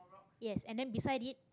yes and then beside it